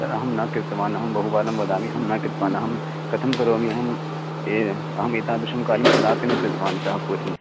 तद् अहं न कृतवान् अहं बहुवारं वदामि अहं न कृतवान् अहं कथं करोमि अहम् ए अहम् एतादृशं कार्यं कदापि न कृतवान् इतः पूर्वम्